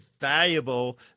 valuable